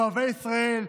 אוהבי ישראל,